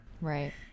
Right